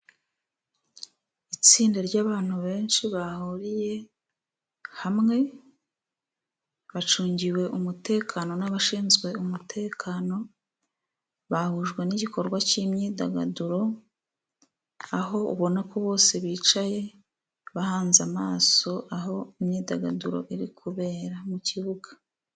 Itsinda ry'abantu benshi bahuriye hamwe, bacungiwe umutekano n'abashinzwe umutekano, bahujwe n'igikorwa cy'imyidagaduro aho ubona ko bose bicaye bahanze amaso aho imyidagaduro iri kubera mu kibuga.